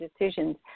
decisions